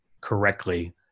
correctly